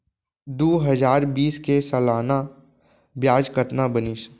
दू हजार बीस के सालाना ब्याज कतना बनिस?